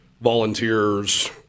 volunteers